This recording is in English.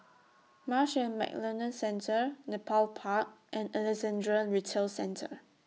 Marsh and McLennan Centre Nepal Park and Alexandra Retail Centre